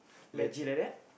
veggie like that